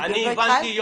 אני לא התחלתי.